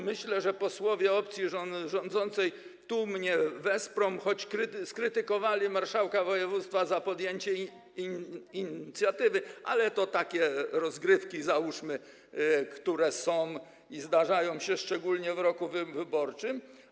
Myślę, że posłowie opcji rządzącej mnie wesprą, choć skrytykowali marszałka województwa za podjęcie inicjatywy, ale to takie rozgrywki, załóżmy, które zdarzają się szczególnie w roku wyborczym.